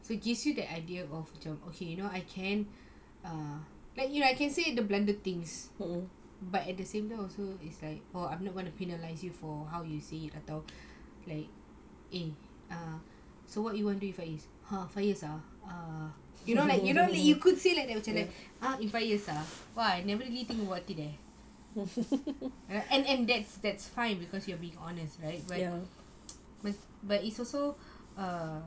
so it gives you the idea of okay you know I can err I can say a bunch of things but at the same time also it's like oh I'm not gonna penalize you for how you say it about like eh so what you want do you for five years ah ah you know like you like you could say like !huh! five years ah !wah! I never really think about it eh and and that's that's fine because you are being honest right but you know but but it's also err